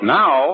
now